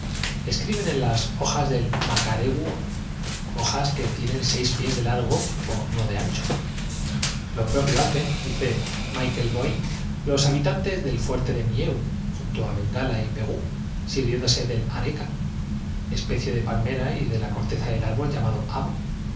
escriben en las hojas del macareguo hojas que tienen seis piés de largo por uno de ancho lo propio extranjero explíqueme usted siquiera alguno de esos terminachos que como guijarros de punta me están hacen dice michael boim los habitantes del fuerte de levantando chichones en la cabeza mieu junto á bengala y pegú sirviéndose del areca el papyrus es una especie de caña parecida á la especie de palmera y de la corteza del árbol llamado avo